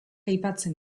aipatzen